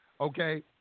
Okay